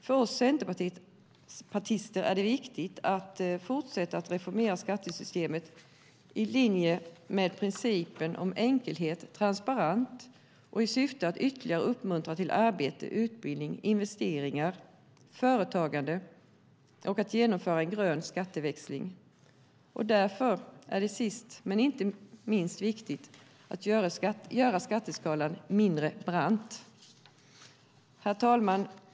För oss centerpartister är det viktigt att fortsätta reformera skattesystemet i linje med principer om enkelhet och transparens och i syfte att ytterligare uppmuntra till arbete, utbildning, investeringar, företagande och genomförande av en grön skatteväxling. Det är därför, sist men inte minst, viktigt att göra skatteskalan mindre brant. Herr talman!